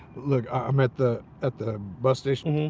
look, i'm at the at the bus station